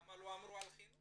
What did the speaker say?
למה לא אמרו על חינוך,